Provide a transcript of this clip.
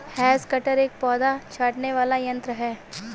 has cutter एक पौधा छाँटने वाला यन्त्र है